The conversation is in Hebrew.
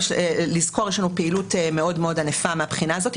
יש לנו פעילות מאוד מאוד ענפה מהבחינה הזאת,